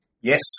Yes